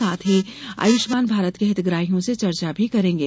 साथ ही आयुष्मान भारत के हितग्राहियों से चर्चा भी करेंगे